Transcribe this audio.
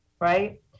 right